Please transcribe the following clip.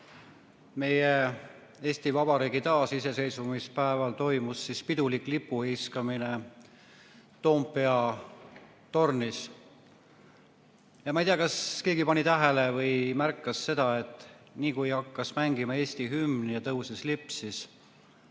meie Eesti Vabariigi taasiseseisvumispäeval, toimus pidulik lipuheiskamine Toompea tornis. Ma ei tea, kas keegi pani tähele või märkas seda, et niipea kui hakkas mängima Eesti hümn ja tõusis lipp,